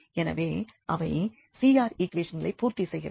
எனவே அவை CR ஈக்குவேஷன்களை பூர்த்தி செய்கிறது